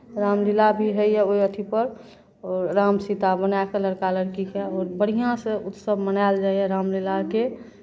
रामलीला भी होइए ओहि अथीपर ओ रामसीता बनाए कऽ लड़का लड़कीके ओ बढ़िआँसँ उत्सव मनायल जाइए रामलीलाकेँ